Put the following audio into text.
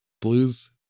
blues